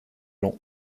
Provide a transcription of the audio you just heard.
long